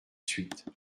suite